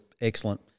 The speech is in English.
Excellent